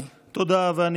תודה, אדוני.